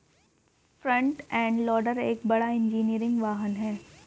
front end loader एक बड़ा engineering वाहन है